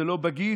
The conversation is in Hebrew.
זה לא בגיץ,